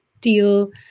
deal